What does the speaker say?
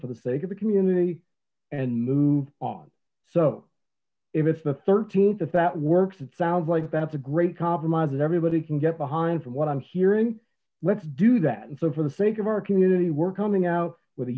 for the sake of the community and move on so if it's the th if that works it sounds like that's a great compromise that everybody can get behind from what i'm hearing let's do that and so for the sake of our community we're coming out with